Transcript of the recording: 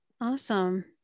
Awesome